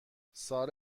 سال